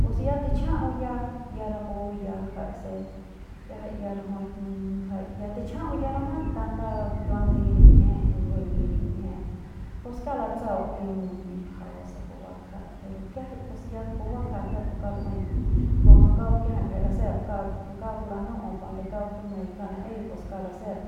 Pus ya ticha'au ya ya rapu ya ngjai se kiajai ya rajuik ngjai ya ticha'au ya ramat kanda kiuang liji nin'ieje o ndujuiñ liji nin'ieje pus kauk latsau ke mut ni mbajau se pu bakja pero kiajai pus ya pu bakja peuk pu kauk lu'uei como kuak kiajai ngjai lasep kauk kauk lanu'u cuando kauk tumeiñ kauk naei pus kauk lasep